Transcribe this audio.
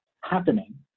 happening